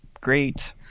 great